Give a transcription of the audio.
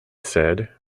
said